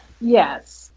yes